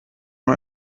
nur